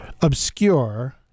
obscure